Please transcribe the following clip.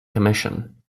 commission